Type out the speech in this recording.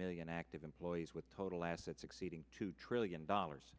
million active employees with total assets exceeding two trillion dollars